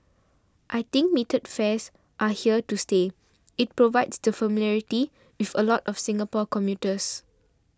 I think metered fares are here to stay it provides the familiarity with a lot of Singapore commuters